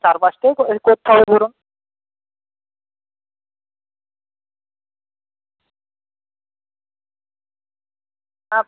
চারপাশটায় ওই করতে হবে পুরো হ্যাঁ